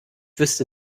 wüsste